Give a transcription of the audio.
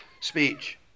speech